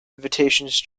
invitations